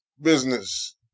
business